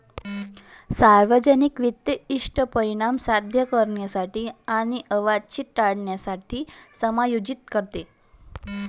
सार्वजनिक वित्त इष्ट परिणाम साध्य करण्यासाठी आणि अवांछित टाळण्यासाठी समायोजित करते